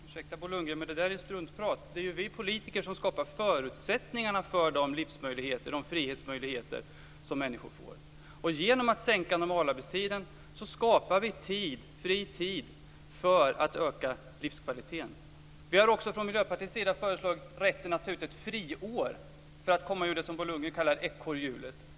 Fru talman! Ursäkta, Bo Lundgren, men det där är struntprat. Det är ju vi politiker som skapar förutsättningarna för de livsmöjligheter och de frihetsmöjligheter som människor får. Genom att sänka normalarbetstiden skapar vi fri tid för att öka livskvaliteten. Vi har också från Miljöpartiets sida föreslagit rätten att ta ut ett friår för att komma ur det som Bo Lundgren kallar ekorrhjulet.